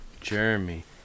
Jeremy